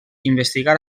investigar